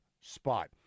spot